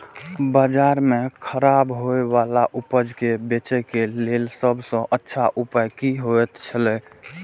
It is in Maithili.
बाजार में खराब होय वाला उपज के बेचे के लेल सब सॉ अच्छा उपाय की होयत छला?